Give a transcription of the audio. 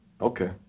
okay